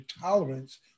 tolerance